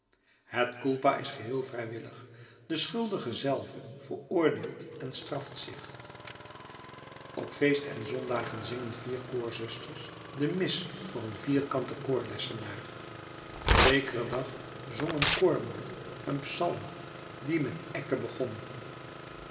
het culpa is geheel vrijwillig de schuldige zelve veroordeelt en straft zich op feest en zondagen zingen vier koorzusters de mis voor een vierkanten koorlessenaar zekeren dag zong een koormoeder een psalm die met ecce begon